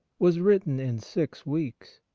was written in six weeks.